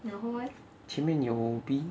前面有 B